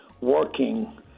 working